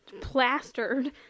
plastered